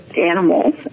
animals